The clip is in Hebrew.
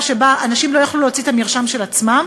שבה אנשים לא יכלו להוציא את המרשם של עצמם,